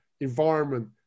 environment